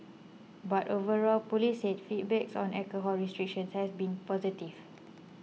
but overall police said feedbacks on alcohol restrictions has been positive